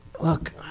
look